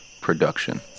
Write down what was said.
production